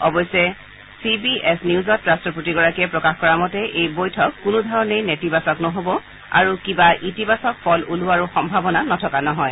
অৱশ্যে C B S নিউজত ৰাট্টপতিগৰাকীয়ে প্ৰকাশ কৰা মতে এই বৈঠক কোনোধৰণে নেতিবাচক নহ'ব আৰু কিবা ইতিবাচক ফল ওলোৱাৰো সম্ভাৱনা নথকা নহয়